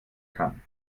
kann